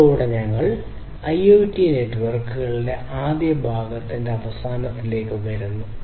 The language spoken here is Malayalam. ഇതോടെ ഞങ്ങൾ IoT നെറ്റ്വർക്കുകളുടെ ആദ്യ ഭാഗത്തിന്റെ അവസാനത്തിലേക്ക് വരുന്നു